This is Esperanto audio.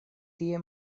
tie